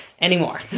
anymore